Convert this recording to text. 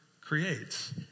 creates